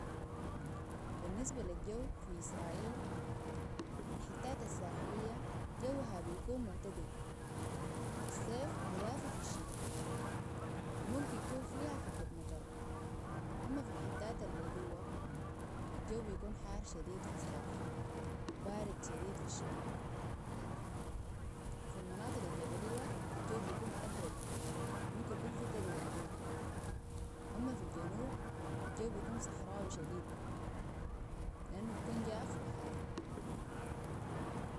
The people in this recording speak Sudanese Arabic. بالنسبة للجو في إسرائيل الحتات الساحلية جوها بيكون معتدل في الصيف ودافع في الشتاء وممكن يكون فيها حبة مطرة أما في الحتات اللي جوه الجو بيكون حار شديد في الصيف وبارد شديد في الشتاء وفي المناطق الجبلية الجو بيكون أبرد ممكن يكون في تلج عديل أما في الجنوب الجو بيكون صحراوي شديد لأنه بيكون جاف وحار